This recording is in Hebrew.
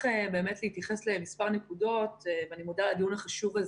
להתייחס למספר נקודות ואני מודה על הדיון החשוב הזה.